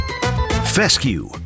Fescue